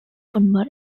football